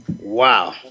Wow